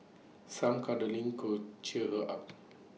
some cuddling could cheer her up